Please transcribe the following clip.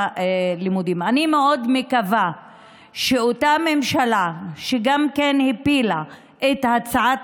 אני מאוד מקווה שאותה ממשלה שגם הפילה את הצעת